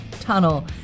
tunnel